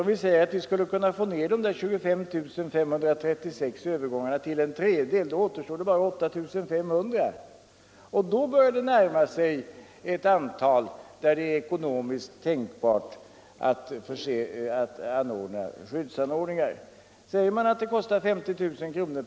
Om vi säger att vi skulle kunna minska de där 25 536 järnvägsövergångarna till en tredjedel, återstår det bara 8 500, och då börjar vi närma oss ett antal där det är ekonomiskt tänkbart att förse dem med skyddsanordningar. Om det kostar 50 000 kr.